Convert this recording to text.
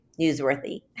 newsworthy